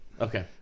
Okay